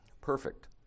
perfect